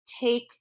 take